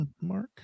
Mark